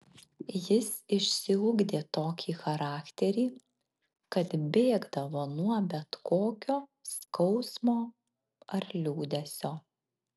jis išsiugdė tokį charakterį kad bėgdavo nuo bet kokio skausmo ar liūdesio